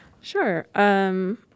Sure